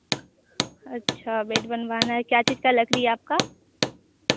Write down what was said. अच्छा बेड बनवाना है क्या चीज़ का लकड़ी है आपका